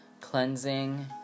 cleansing